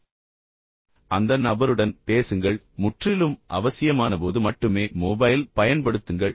எனவே பின்னர் அந்த நபருடன் பேசுங்கள் முற்றிலும் அவசியமானபோது மட்டுமே மொபைல் பயன்படுத்துங்கள்